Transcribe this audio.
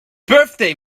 birthday